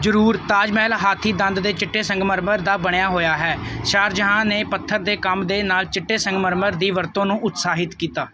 ਜ਼ਰੂਰ ਤਾਜ ਮਹਿਲ ਹਾਥੀ ਦੰਦ ਦੇ ਚਿੱਟੇ ਸੰਗਮਰਮਰ ਦਾ ਬਣਿਆ ਹੋਇਆ ਹੈ ਸ਼ਾਹਜਹਾਂ ਨੇ ਪੱਥਰ ਦੇ ਕੰਮ ਦੇ ਨਾਲ ਚਿੱਟੇ ਸੰਗਮਰਮਰ ਦੀ ਵਰਤੋਂ ਨੂੰ ਉਤਸ਼ਾਹਿਤ ਕੀਤਾ